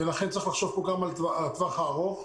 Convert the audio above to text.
ולכן צריך לחשוב גם על הטווח הארוך.